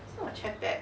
it's not a chair pad